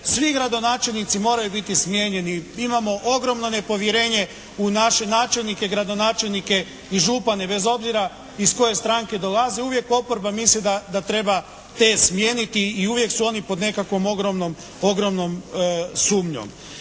svi gradonačelnici moraju biti smijenjeni. Imamo ogromno nepovjerenje u naše načelnike, gradonačelnike i župane bez obzira iz koje stranke dolaze uvijek oporba misli da treba te smijeniti i uvijek su oni pod nekakvom ogromnom sumnjom.